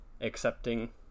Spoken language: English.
accepting